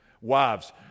wives